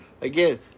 Again